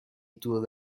دور